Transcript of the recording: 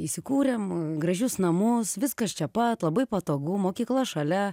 įsikūrėm gražius namus viskas čia pat labai patogu mokykla šalia